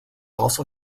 also